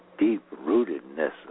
Deep-rootedness